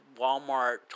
Walmart